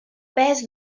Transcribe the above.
pes